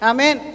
Amen